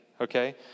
Okay